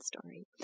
story